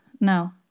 no